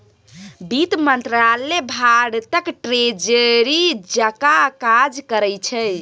बित्त मंत्रालय भारतक ट्रेजरी जकाँ काज करै छै